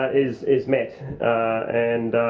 is is met and